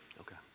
Okay